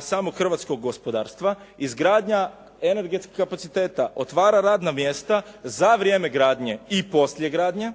samog hrvatskog gospodarstva, izgradnja energetskih kapaciteta otvara radna mjesta za vrijeme gradnje i poslije gradnje,